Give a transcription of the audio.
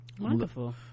Wonderful